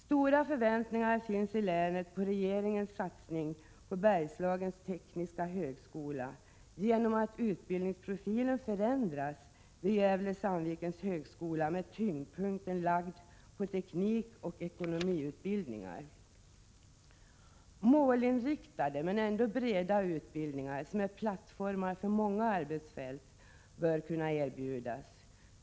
Stora förväntningar finns i länet på regeringens satsning på Bergslagens tekniska högskola. Utbildningsprofilen förändras vid Gävle/Sandvikens högskola, som har tyngdpunkten lagd på teknikoch ekonomiutbildningar. Målinriktade, men ändå breda utbildningar, som är plattformar för många arbetsfält, bör kunna erbjudas.